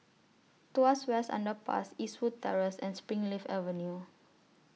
Tuas West Underpass Eastwood Terrace and Springleaf Avenue